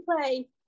play